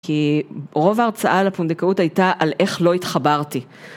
כי רוב ההרצאה על הפונדקאות הייתה על איך לא התחברתי.